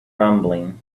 rumbling